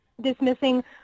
dismissing